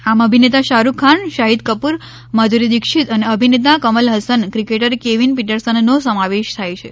આમા અભિનેતા શાહરૂખ ખાન સાહિદ કપુર માધુરી દીક્ષીત અને અભિનેતા કમલ હસન ક્રિકેટર કેવીન પીટરસનનો સમાવેશ થાય છે